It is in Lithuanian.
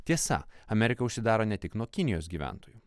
tiesa amerika užsidaro ne tik nuo kinijos gyventojų